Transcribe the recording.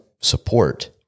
support